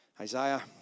Isaiah